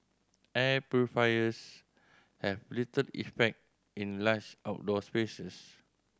air purifiers have little effect in large outdoor spaces